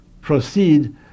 proceed